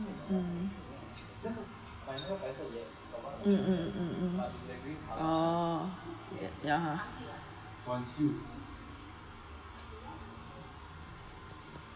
mm mm oh yeah ya